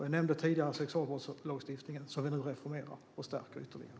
Jag nämnde tidigare sexualbrottslagstiftningen som vi nu reformerar och stärker ytterligare.